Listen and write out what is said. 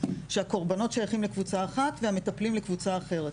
שהקורבנות שייכים לקבוצה אחת והמטפלים לקבוצה אחרת.